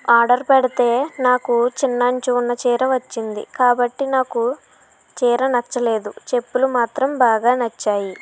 order పెడితే నాకు చిన్న అంచు ఉన్న చీర వచ్చింది కాబట్టి నాకు చీర నచ్చలేదు చెప్పులు మాత్రం బాగా నచ్చాయి